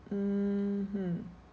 mmhmm